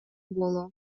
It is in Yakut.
буолуо